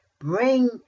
Bring